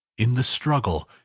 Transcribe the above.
in the struggle,